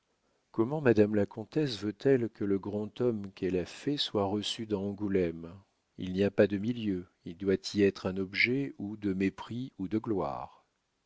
comment madame la comtesse veut-elle que le grand homme qu'elle a fait soit reçu dans angoulême il n'y a pas de milieu il doit y être un objet ou de mépris ou de gloire